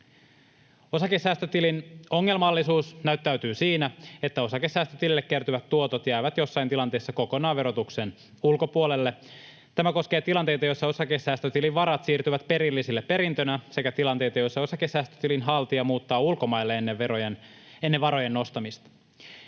Osakesäästötilin ongelmallisuus näyttäytyy siinä, että osakesäästötilille kertyvät tuotot jäävät joissain tilanteissa kokonaan verotuksen ulkopuolelle. Tämä koskee tilanteita, joissa osakesäästötilin varat siirtyvät perillisille perintönä, sekä tilanteita, joissa osakesäästötilin haltija muuttaa ulkomaille ennen varojen nostamista.